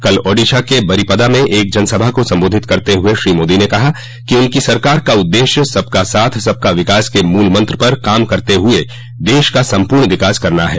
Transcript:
कल ओडिशा के बारिपदा में एक जनसभा को संबोधित करते हुए श्री मोदी ने कहा कि उनकी सरकार का उद्देश्य सबका साथ साथ सबका विकास के मूल मंत्र पर काम करते हुए देश का सम्पूर्ण विकास करना है